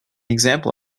example